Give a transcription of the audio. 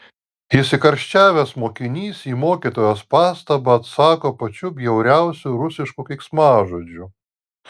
įsikarščiavęs mokinys į mokytojos pastabą atsako pačiu bjauriausiu rusišku keiksmažodžiu